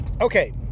okay